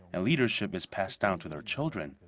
and leadership is passed down to their children.